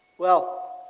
well,